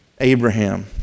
Abraham